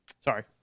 Sorry